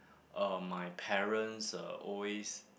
uh my parents uh always